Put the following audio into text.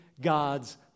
God's